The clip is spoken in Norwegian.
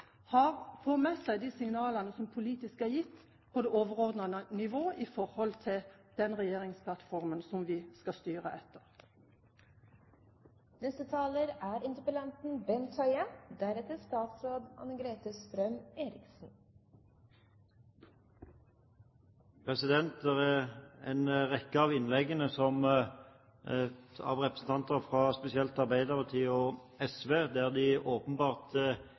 med seg de signalene som politisk er gitt på overordnet nivå, i forhold til den regjeringsplattformen som vi skal styre etter. En rekke av innleggene, spesielt fra representanter fra Arbeiderpartiet og SV, viser at man åpenbart ikke klarer å se forskjellen på Stortinget som lovgivende forsamling som skal lage generelle lover, og